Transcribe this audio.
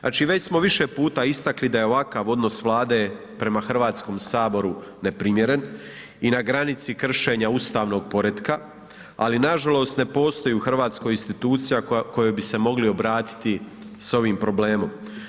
Znači već smo više puta istakli da je ovakav odnos Vlade prema Hrvatskom saboru neprimjeren i na granici kršenja ustavnog poretka ali nažalost ne postoji u Hrvatskoj institucija kojoj bi se mogli obratiti s ovim problemom.